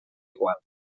igual